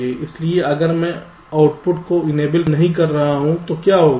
इसलिए अगर मैं आउटपुट को इनेबल नहीं कर रहा हूं तो क्या होगा